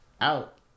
out